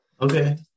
Okay